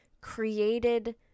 created